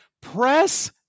press